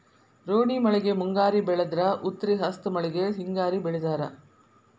ರೋಣಿ ಮಳೆಗೆ ಮುಂಗಾರಿ ಬೆಳದ್ರ ಉತ್ರಿ ಹಸ್ತ್ ಮಳಿಗೆ ಹಿಂಗಾರಿ ಬೆಳಿತಾರ